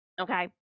Okay